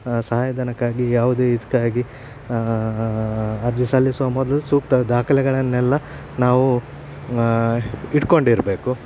ಸಹಾಯಧನಕ್ಕಾಗಿ ಯಾವುದೇ ಇದಕ್ಕಾಗಿ ಅರ್ಜಿ ಸಲ್ಲಿಸುವ ಮೊದಲು ಸೂಕ್ತ ದಾಖಲೆಗಳನೆಲ್ಲ ನಾವು ಇಟ್ಕೊಂಡಿರ್ಬೇಕು